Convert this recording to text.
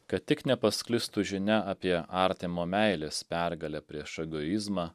kad tik nepasklistų žinia apie artimo meilės pergalę prieš egoizmą